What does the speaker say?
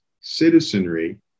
citizenry